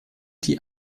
die